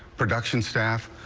production staff,